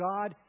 God